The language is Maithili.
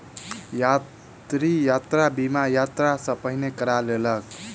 यात्री, यात्रा बीमा, यात्रा सॅ पहिने करा लेलक